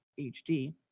HD